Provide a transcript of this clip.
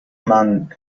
man